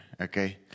Okay